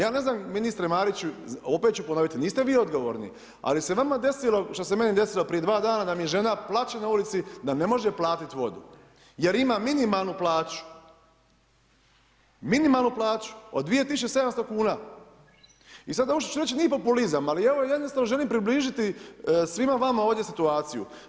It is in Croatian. Ja ne znam ministre Mariću, opet ću ponoviti, niste vi odgovorni, ali se vama desilo, što se meni desilo prije 2 dana da mi žena plače na ulici da ne može platit vodu jer ima minimalnu plaću, minimalnu plaću od 2700 kuna. i ovo što ću reći nije populizam, ali jednostavno želim približiti svima vama ovdje situaciju.